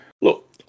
look